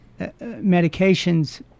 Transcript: medications